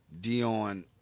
Dion